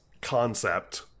concept